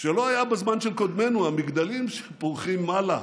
שלא היה בזמן של קודמינו, המגדלים שפורחים מעלה,